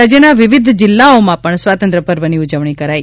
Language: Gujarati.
રાજ્યના વિવિધ જિલ્લાઓમાં પણ સ્વાતંત્ર પર્વની ઉજવણી કરાઇ